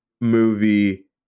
movie